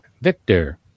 Victor